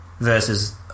versus